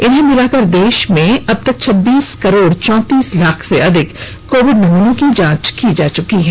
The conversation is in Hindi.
इन्हें मिलाकर देश में अब तक छब्बीस करोड़ चौतींस लाख से अधिक कोविड नमूनों की जांच की जा चुकी है